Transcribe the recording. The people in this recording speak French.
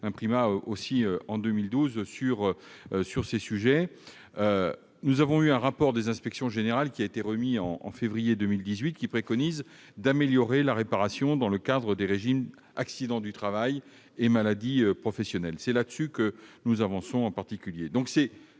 Primas en 2012 sur ces sujets. Un rapport des inspections générales, qui a été remis en février 2018, préconise d'améliorer la réparation dans le cadre du régime accidents du travail et maladies professionnelles. C'est sur ce point que nous avançons en particulier.